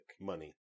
Money